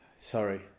Sorry